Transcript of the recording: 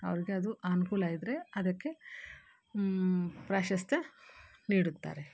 ಅವ್ರಿಗೆ ಅದು ಅನುಕೂಲ ಇದ್ದರೆ ಅದಕ್ಕೆ ಪ್ರಾಶಸ್ತ್ಯ ನೀಡುತ್ತಾರೆ